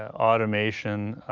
ah automation